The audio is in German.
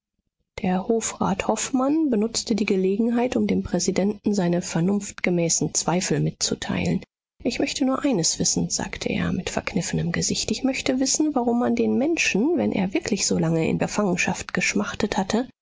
der hofrat hofmann benutzte die gelegenheit um dem präsidenten seine vernunftgemäßen zweifel mitzuteilen ich möchte nur eines wissen sagte er mit verkniffenem gesicht ich möchte wissen warum man den menschen wenn er wirklich so lange in gefangenschaft geschmachtet hatte